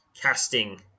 casting